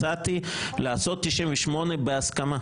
הצעתי לעשות 98 בהסכמה.